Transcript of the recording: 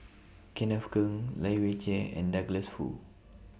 Kenneth Keng Lai Weijie and Douglas Foo